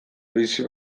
bizi